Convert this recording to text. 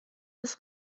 des